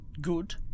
good